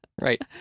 Right